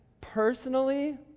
personally